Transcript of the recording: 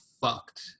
fucked